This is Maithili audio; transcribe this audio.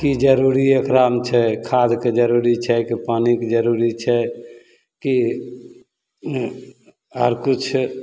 की जरूरी एकरामे छै खादके जरूरी छै कि पानिके जरूरी छै कि आर किछु